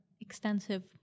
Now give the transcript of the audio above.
extensive